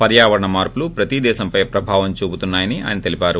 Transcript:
పర్యావరణ మార్సులు ప్రతీ దేశంపై ప్రభావం చూపుతున్నా యని ఆయన తెలిపారు